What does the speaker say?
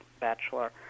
bachelor